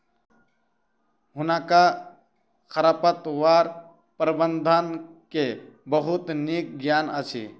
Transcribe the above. हुनका खरपतवार प्रबंधन के बहुत नीक ज्ञान अछि